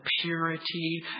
purity